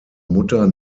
mutter